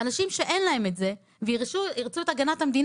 אנשים שאין להם את זה וירצו את הגנת המדינה